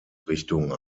richtung